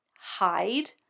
hide